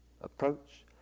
approach